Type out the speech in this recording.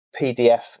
pdf